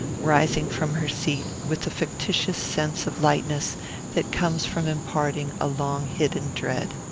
rising from her seat with the factitious sense of lightness that comes from imparting a long-hidden dread.